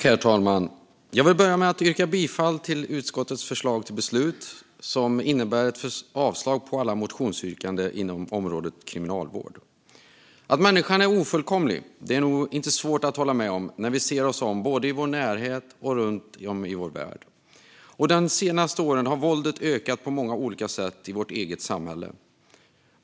Herr talman! Jag vill börja med att yrka bifall till utskottets förslag till beslut, vilket innebär ett avslag på alla motionsyrkanden inom området kriminalvård. Att människan är ofullkomlig är nog inte svårt att hålla med om när vi ser oss om både i vår närhet och runt om i vår värld. De senaste åren har våldet ökat på många olika sätt i vårt samhälle.